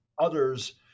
others